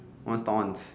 what's on